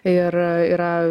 ir yra